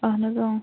اَہَن حظ